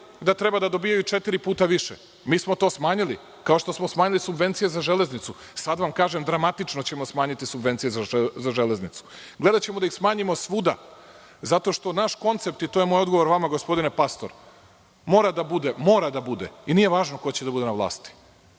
da treba da dobijaju četiri puta više. Mi smo to smanjili, kao što smo smanjili subvencije za železnicu. Sada vam kažem, dramatično ćemo smanjiti subvencije za železnicu. Gledaćemo da ih smanjimo svuda zato što naš koncept, to je moj odgovor vama gospodine Pastor, mora da bude i nije važno ko će da bude na vlasti,